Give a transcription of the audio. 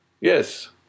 Yes